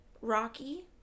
Rocky